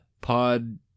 pod